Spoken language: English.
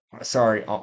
sorry